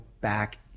back